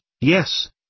yes